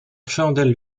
chandelle